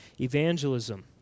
evangelism